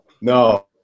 no